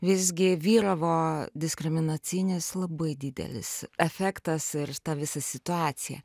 visgi vyravo diskriminacinis labai didelis efektas ir ta visa situacija